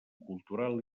cultural